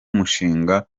mushinga